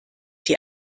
die